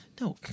no